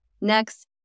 Next